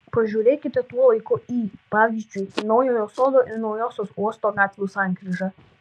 pažiūrėkite tuo laiku į pavyzdžiui naujojo sodo ir naujosios uosto gatvių sankryžą